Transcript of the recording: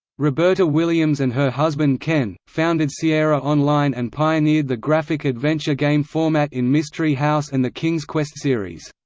roberta williams and her husband ken, founded sierra online and pioneered the graphic adventure game format in mystery house and the king's quest series.